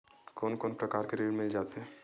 कोन कोन प्रकार के ऋण मिल जाथे?